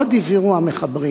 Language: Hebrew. עוד הבהירו המחברים